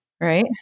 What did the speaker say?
Right